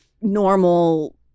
normal